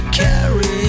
carry